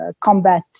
combat